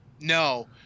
No